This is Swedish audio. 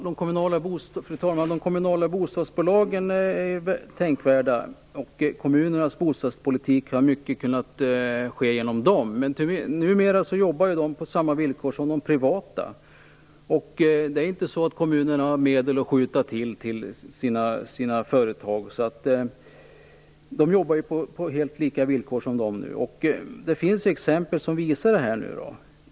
Fru talman! De kommunala bostadsbolagen är tänkvärda. I kommunernas bostadspolitik har mycket kunnat ske genom dem. Men numera jobbar de företagen på samma villkor som de privata. Kommunerna har inte medel att skjuta till till sina företag. Det finns exempel som visar detta.